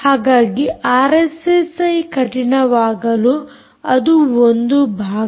ಹಾಗಾಗಿ ಆರ್ಎಸ್ಎಸ್ಐ ಕಠಿಣವಾಗಲು ಅದು ಒಂದು ಭಾಗ